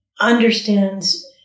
understands